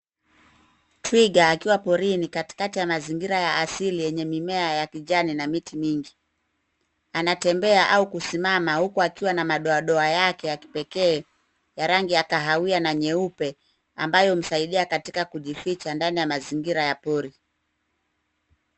Twiga akiwa porini katikati ya mazingira ya asili yenye mimea ya kijani na miti mingi. Anatembea au kusimama huku akiwa na madoadoa yake ya kipekee ya rangi ya kahawia na nyeupe ambayo humsaidia katika kujificha ndani ya mazingira ya pori.